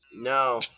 No